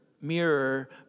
mirror